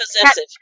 possessive